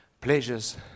pleasures